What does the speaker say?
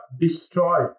destroyed